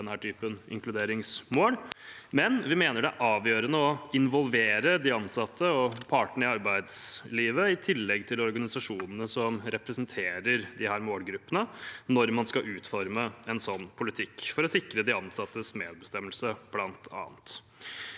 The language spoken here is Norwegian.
denne typen inkluderingsmål, men vi mener det er avgjørende å involvere de ansatte og partene i arbeidslivet i tillegg til organisasjonene som representerer disse målgruppene, når man skal utforme en sånn politikk, bl.a. for å sikre de ansattes medbestemmelse. Staten